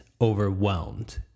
overwhelmed